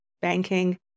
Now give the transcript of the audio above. banking